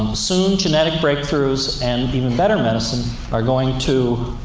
um soon, genetic breakthroughs and even better medicine are going to